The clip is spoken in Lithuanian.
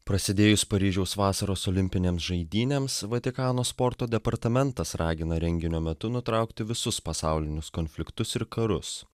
prasidėjus paryžiaus vasaros olimpinėms žaidynėms vatikano sporto departamentas ragina renginio metu nutraukti visus pasaulinius konfliktus ir karus